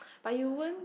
but you won't